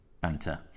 banter